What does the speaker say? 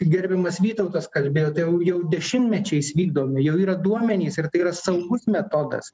gerbiamas vytautas kalbėjo tai jau jau dešimtmečiais vykdomi jau yra duomenys ir tai yra saugus metodas